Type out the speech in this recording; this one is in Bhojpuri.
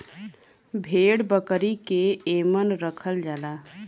भेड़ बकरी के एमन रखल जाला